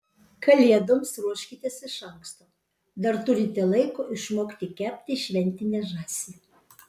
kalėdoms ruoškitės iš anksto dar turite laiko išmokti kepti šventinę žąsį